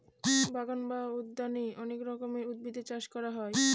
বাগান বা উদ্যানে অনেক রকমের উদ্ভিদের চাষ করা হয়